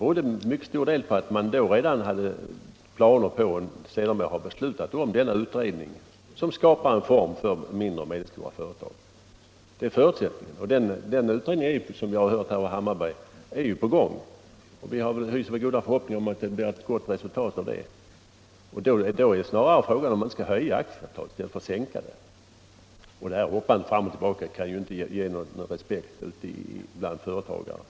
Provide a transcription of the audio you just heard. berodde till mycket stor del på att det då redan fanns planer på den utredning som sedermera tillsatts om skapande av former för mindre och medelstora företag. Den utredningen är, som vi har hört av herr Hammarberg, i gång med sitt arbete, och vi hyser väl goda förhoppningar om att den skall ge ett gott resultat. Frågan är väl närmast om man inte borde höja beloppet ytterligare i stället för att sänka det. Att lagstiftaren hoppar fram och tillbaka kan ju inte inge någon respekt bland företagarna.